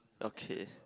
okay